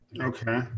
Okay